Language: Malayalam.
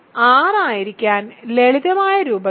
R ആയിരിക്കാൻ ലളിതമായ രൂപത്തിൽ